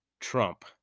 trump